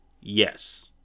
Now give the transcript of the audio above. Yes